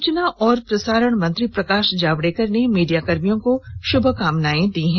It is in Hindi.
सूचना और प्रसारण मंत्री प्रकाश जावडेकर ने मीडियाकर्मियों को शुभकामनाएं दी है